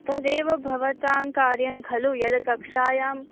तदेव भवतां कार्यं खलु यद् कक्षायाम्